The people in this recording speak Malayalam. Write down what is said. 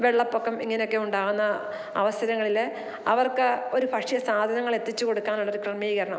വെള്ളപ്പൊക്കം ഇങ്ങനൊക്കെയുണ്ടാകുന്ന അവസരങ്ങളിൽ അവർക്ക് ഒരു ഭക്ഷ്യ സാധനങ്ങളെത്തിച്ച് കൊടുക്കാനുള്ളൊരു ക്രമീകരണം